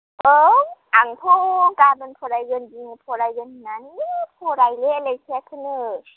औ आंथ' गाबोन फरायगोन दिनै फरायगोन होन्नानैनो फरायले लेखायाखौनो